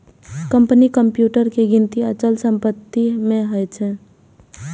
कंपनीक कंप्यूटर के गिनती अचल संपत्ति मे होइ छै